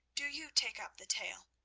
do you take up the tale.